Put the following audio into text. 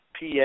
PA